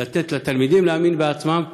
לתת לתלמידים להאמין בעצמם ובמערכת.